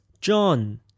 John